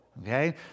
okay